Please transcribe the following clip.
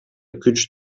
күч